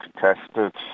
tested